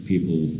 People